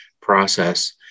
process